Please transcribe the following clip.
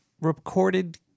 recorded